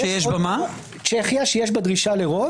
שיש בה דרישה לרוב.